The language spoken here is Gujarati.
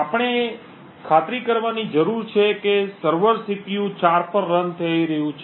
આપણે ખાતરી કરવાની જરૂર છે કે સર્વર સીપીયુ 4 પર રન થઇ રહ્યું છે